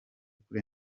kuri